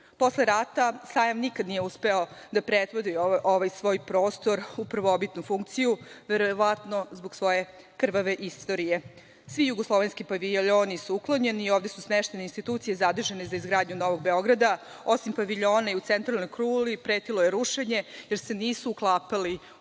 rata Sajam nikada nije uspeo da pretvori ovaj prostor u prvobitnu funkciju, verovatno zbog svoje krvave istorije. Svi jugoslovenski paviljoni su uklonjeni i ovde su smeštene institucije zadužene za izgradnju Novog Beograda, osim paviljona i centralnoj kuli pretilo je rušenje, jer se nisu uklapali u